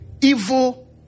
evil